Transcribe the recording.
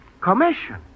commission